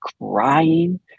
crying